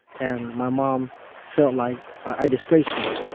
and my mom felt like i disgraced her.